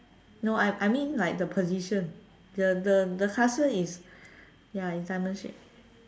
no I I mean like the position the the the castle is ya is diamond shape